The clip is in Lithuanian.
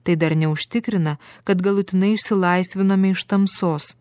tai dar neužtikrina kad galutinai išsilaisviname iš tamsos